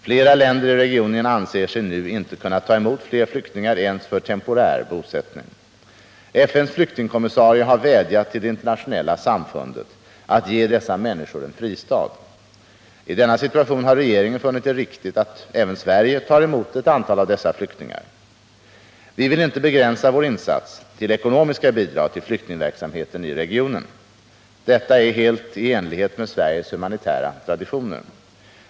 Flera länder i regionen anser sig nu inte kunna ta emot 5 fler flyktingar ens för temporär bosättning. FN:s flyktingkommissarie har vädjat till det internationella samfundet att ge dessa människor en fristad. I denna situation har regeringen funnit det riktigt att även Sverige tar emot ett antal av dessa flyktingar. Vi vill inte begränsa vår insats till ekonomiska bidrag till flyktingverksamheten i regionen. Detta är helt i enlighet med Sveriges humanitära traditioner.